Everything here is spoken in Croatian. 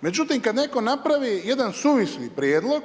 Međutim, kad netko napravi jedan suvisli prijedlog